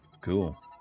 cool